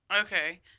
Okay